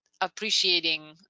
appreciating